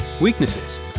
weaknesses